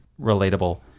relatable